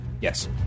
Yes